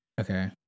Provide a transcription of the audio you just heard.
Okay